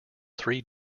three